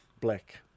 black